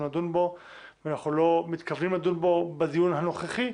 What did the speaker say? לדון בו ואנחנו לא מתכוונים לדון בו בדיון הנוכחי.